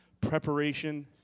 preparation